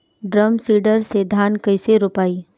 Drum seeder से धान कैसे रोपाई?